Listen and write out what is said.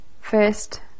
First